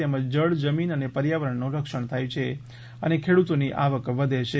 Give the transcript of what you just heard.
તેમજ જળ જમીન અને પર્યાવરણનું રક્ષણ થાય છે અને ખેડૂતોની આવક વધે છે